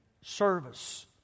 service